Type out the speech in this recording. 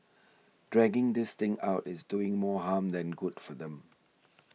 dragging this thing out is doing more harm than good for them